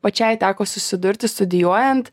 pačiai teko susidurti studijuojant